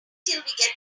get